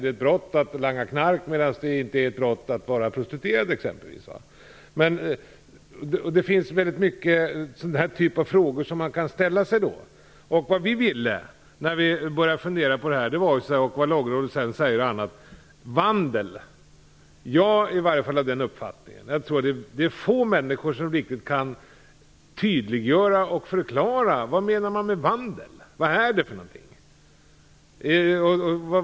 Det är ett brott att langa knark, medan det exempelvis inte är ett brott att vara prostituerad. Man kan ställa sig väldigt många frågor av den typen. Jag är av den uppfattningen att få människor riktigt kan tydliggöra och förklara vad som menas med "vandel". Det var det vi tog fasta på när vi började funderade på detta. Vad är "vandel" för någonting?